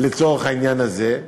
לצורך העניין הזה.